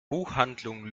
buchhandlung